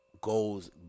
goals